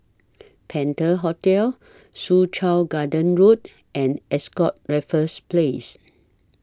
Penta Hotel Soo Chow Garden Road and Ascott Raffles Place